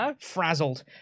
Frazzled